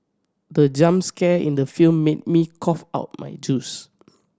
the jump scare in the film made me cough out my juice